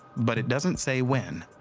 but it doesn't say when.